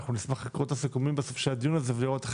אנחנו נשמח לקרוא את הסיכומים בסוף של הדיון הזה ולראות איך